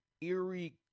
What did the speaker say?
eerie